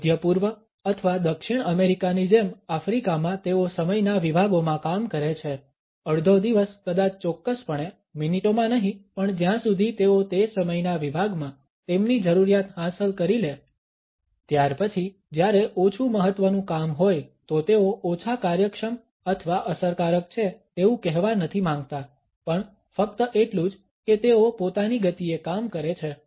મધ્ય પૂર્વ અથવા દક્ષિણ અમેરિકાની જેમ આફ્રિકામાં તેઓ સમયના વિભાગોમાં કામ કરે છે અડધો દિવસ કદાચ ચોક્કસપણે મિનિટોમાં નહીં પણ જ્યાં સુધી તેઓ તે સમયના વિભાગમાં તેમની જરૂરિયાત હાંસલ કરી લે ત્યારપછી જ્યારે ઓછું મહત્વનુ કામ હોય તો તેઓ ઓછા કાર્યક્ષમ અથવા અસરકારક છે તેવુ કહેવા નથી માંગતા પણ ફક્ત એટલું જ કે તેઓ પોતાની ગતિએ કામ કરે છે